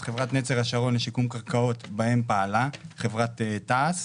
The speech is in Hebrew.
חברת נצר השרון לשיקום קרקעות בהן פעלה חברת תעש